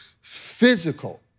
physical